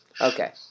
Okay